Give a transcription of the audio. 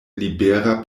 libera